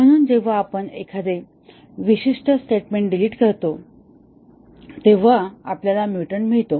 म्हणून जेव्हा आपण एखादे विशिष्ट स्टेटमेंट डिलीट करतो तेव्हा आपल्याला म्युटंट मिळतो